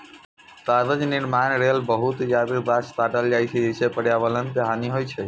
कागज निर्माण लेल बहुत जादे गाछ काटल जाइ छै, जइसे पर्यावरण के हानि होइ छै